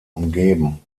umgeben